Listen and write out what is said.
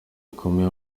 bikomeye